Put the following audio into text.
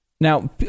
Now